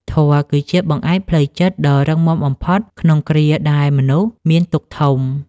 ធម៌គឺជាបង្អែកផ្លូវចិត្តដ៏រឹងមាំបំផុតក្នុងគ្រាដែលមនុស្សមានទុក្ខធំ។